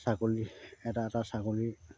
ছাগলী এটা এটা ছাগলীৰ